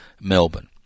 Melbourne